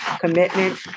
commitment